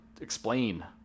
explain